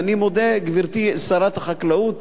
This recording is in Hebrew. ואני מודה, גברתי שרת החקלאות,